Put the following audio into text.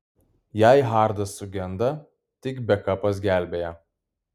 jei hardas sugenda tik bekapas gelbėja